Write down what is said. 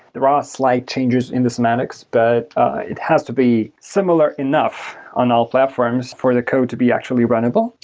there are ah slight changes in the semantics, but it has to be similar enough on all platforms for the code to be actually runnable.